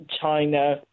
China